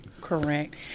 Correct